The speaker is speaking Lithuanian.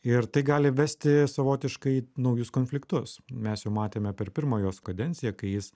ir tai gali vesti savotiškai naujus konfliktus mes jau matėme per pirmą jos kadenciją kai jis